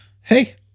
hey